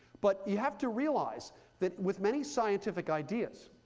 but you have to realize that with many scientific ideas,